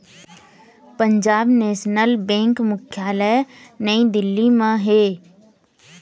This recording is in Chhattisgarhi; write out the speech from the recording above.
पंजाब नेशनल बेंक मुख्यालय नई दिल्ली म हे